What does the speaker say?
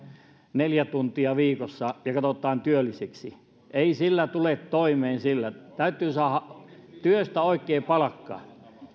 neljä tuntia viikossa ja katsotaan työlliseksi ei sillä tule toimeen täytyy saada työstä oikea palkka